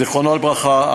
זיכרונו לברכה,